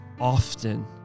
often